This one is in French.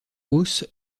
hausse